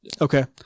Okay